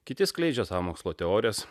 kiti skleidžia sąmokslo teorijas